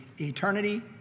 eternity